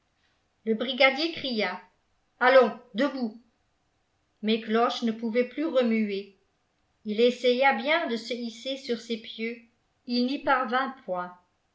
le brigadier cria allons debout mais cloche ne pouvait plus remuer il essaya bien de se hisser sur ses pieux il n'y parvint point